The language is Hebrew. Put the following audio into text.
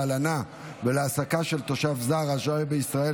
להלנה ולהעסקה של תושב זר השוהה בישראל